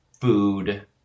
food